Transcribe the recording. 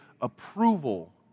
approval